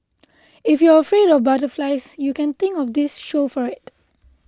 if you're afraid of butterflies you can thank of this show for it